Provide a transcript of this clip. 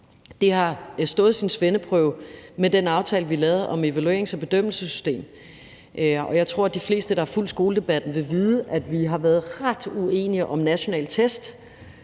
Det har stået sin svendeprøve med den aftale, vi lavede om det fremtidige evaluerings- og bedømmelsessystem, og jeg tror, at de fleste, der har fulgt skoledebatten, vil vide, at vi har været ret uenige om nationale test